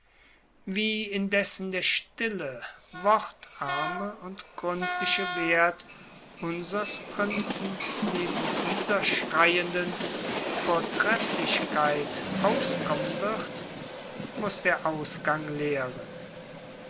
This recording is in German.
wie indessen der stille wortarme und gründliche wert unsers prinzen neben dieser schreienden vortrefflichkeit auskommen wird muß der ausgang lehren